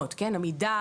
עמידר,